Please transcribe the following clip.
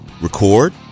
record